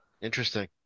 Interesting